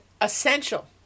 essential